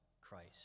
Christ